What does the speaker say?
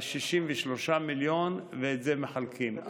63 מיליון, ואת זה מחלקים.